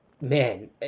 Man